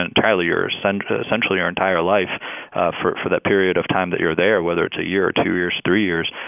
entirely your so and essentially, your entire life for for that period of time that you're there, whether it's a year or two years, three years,